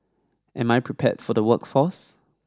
am I prepared for the workforce